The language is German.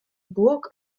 burg